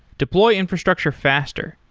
deploy infrastructure faster.